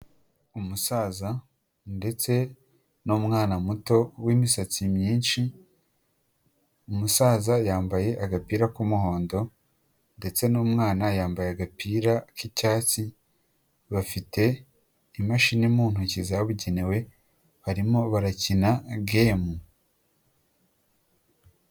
umusaza ndetse n'umwana muto w'imisatsi myinshi, umusaza yambaye agapira k'umuhondo ndetse n'umwana yambaye agapira k'icyatsi bafite imashini mu ntoki zabugenewe barimo barakina gemu.